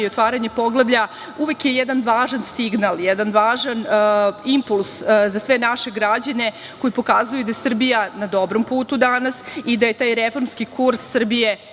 i otvaranje poglavlja, uvek je jedan važan signal, jedan važan impuls za sve naše građane koji pokazuju da je Srbija na dobrom putu danas i da je taj reformski kurs Srbije